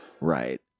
Right